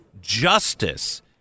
justice